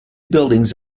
buildings